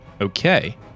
Okay